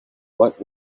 what